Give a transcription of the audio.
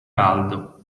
caldo